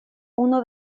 uno